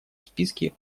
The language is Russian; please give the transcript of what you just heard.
списке